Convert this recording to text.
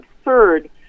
absurd